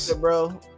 bro